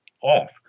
off